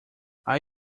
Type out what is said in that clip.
are